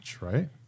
right